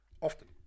Often